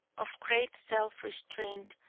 of great self-restraint,